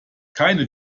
keine